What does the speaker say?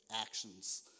actions